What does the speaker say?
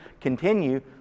continue